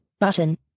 Button